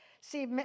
see